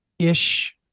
ish